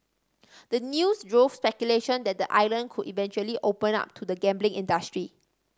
the news drove speculation that the island could eventually open up to the gambling industry